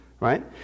Right